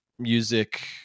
Music